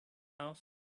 house